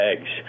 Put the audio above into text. eggs